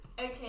Okay